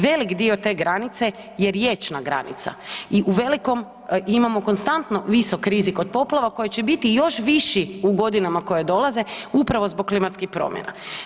Velik dio te granice je riječna granica i uvelikom imamo konstantno visok rizik od poplava koji će biti još viši u godinama koje dolaze upravo zbog klimatskih promjena.